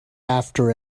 after